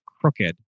crooked